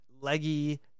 leggy